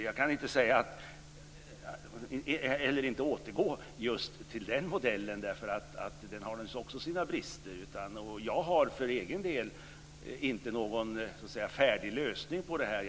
Jag vill inte heller återgå till den gamla modellen, eftersom också den hade sina brister. Jag har för egen del inte någon färdig lösning på det här.